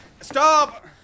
Stop